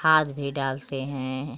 खाद भी डालते हैं